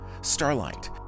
Starlight